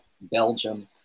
Belgium